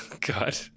God